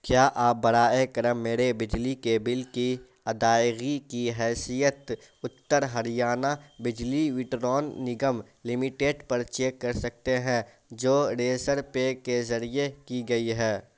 کیا آپ برائے کرم میرے بجلی کے بل کی ادائیگی کی حیثیت اتر ہریانہ بجلی وترن نگم لمیٹڈ پر چیک کر سکتے ہیں جو ڑیزڑ پے کے ذریعے کی گئی ہے